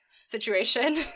situation